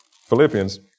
Philippians